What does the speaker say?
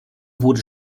wurde